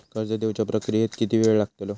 कर्ज देवच्या प्रक्रियेत किती येळ लागतलो?